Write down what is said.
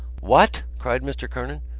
what? cried mr. kernan.